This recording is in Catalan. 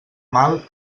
mal